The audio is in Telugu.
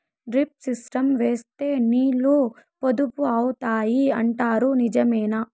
డ్రిప్ సిస్టం వేస్తే నీళ్లు పొదుపు అవుతాయి అంటారు నిజమేనా?